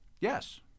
Yes